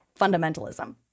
Fundamentalism